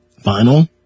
Final